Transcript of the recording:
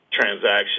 transaction